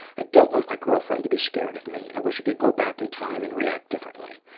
i don't want my girlfriend to be scared of me. i wish i could go back in time and react differently.